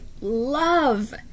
love